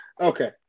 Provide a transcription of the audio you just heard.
Okay